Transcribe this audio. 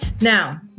Now